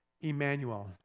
Emmanuel